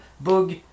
bug